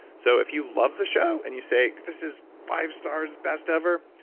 so if you love the show and you say, this is five stars, best ever.